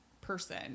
person